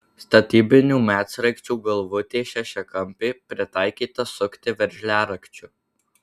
statybinių medsraigčių galvutė šešiakampė pritaikyta sukti veržliarakčiu